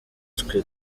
twe